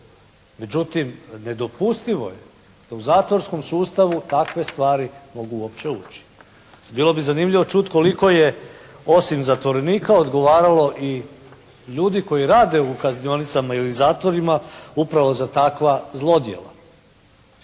Međutim, nedopustivo je da u zatvorskom sustavu takve stvari mogu uopće ući. Bilo bi zanimljivo čuti koliko je osim zatvorenika odgovaralo i ljudi koji rade u kaznionicama ili zatvorima upravo za takva zlodjela.